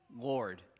Lord